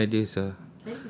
I have no idea sir